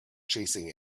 chasing